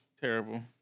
Terrible